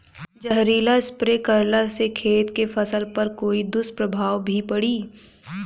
जहरीला स्प्रे करला से खेत के फसल पर कोई दुष्प्रभाव भी पड़ी?